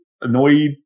annoyed